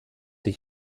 die